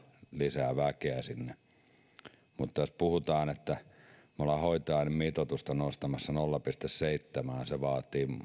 lisää väkeä sinne jos puhutaan että me olemme hoitajamitoitusta nostamassa nolla pilkku seitsemään ja se vaatii